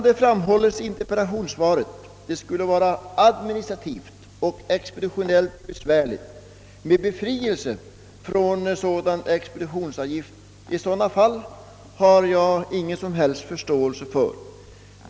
Det framhålls i interpellationssvaret att det skulle vara administrativt och expeditionellt besvärligt att befria abonnenten från expeditionsavgift i sådana fall. Det har jag ingen som helst förståelse för.